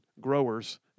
growers